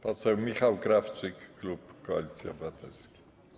Poseł Michał Krawczyk, klub Koalicji Obywatelskiej.